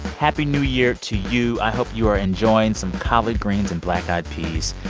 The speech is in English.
happy new year to you. i hope you are enjoying some collard greens and black eyed peas.